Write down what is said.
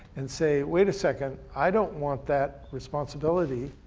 and say wait a second, i don't want that responsibility